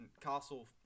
Castle